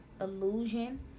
illusion